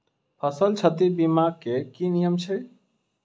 फसल क्षति बीमा केँ की नियम छै?